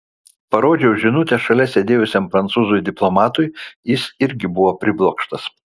parodžiau žinutę šalia sėdėjusiam prancūzui diplomatui jis irgi buvo priblokštas